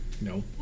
No